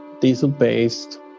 diesel-based